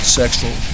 sexual